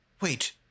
Wait